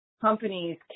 Companies